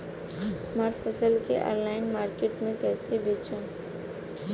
हमार फसल के ऑनलाइन मार्केट मे कैसे बेचम?